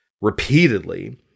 repeatedly